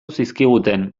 zizkiguten